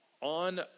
on